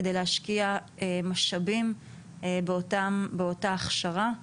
כדי להשקיע משאבים באותה הכשרה.